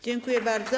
Dziękuję bardzo.